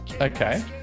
Okay